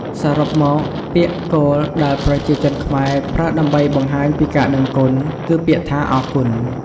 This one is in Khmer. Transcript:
សរុបមកពាក្យគោលដែលប្រជាជនខ្មែរប្រើដើម្បីបង្ហាញពីការដឹងគុណ គឺពាក្យថា អរគុណ។